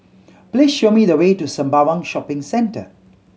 please show me the way to Sembawang Shopping Centre